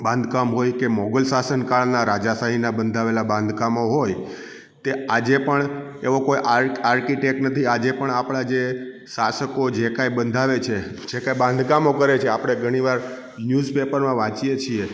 બાંધકામ હોય કે મોગલ શાસનકાળના રાજાશાહીના બંધાવેલા બાંધકામો હોય તે આજે પણ એવો કોઈ આર્ટ આર્કિટેક નથી આજે પણ આપણા જે શાસકો જે કાંઈ બંધાવે છે જે કાંઈ બાંધકામો કરે છે આપણે ઘણી વાર ન્યૂઝ પેપરમાં વાંચીએ છીએ